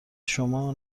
شما